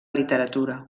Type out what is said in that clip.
literatura